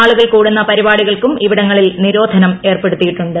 ആളുകൾ കൂടുന്ന പരിപാടികൾക്കും ഇവിടങ്ങളിൽ നിരോധനം ഏർപ്പെടുത്തിയിട്ടുണ്ട്